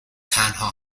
تنها